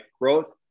Growth